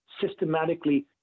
systematically